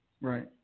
Right